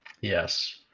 yes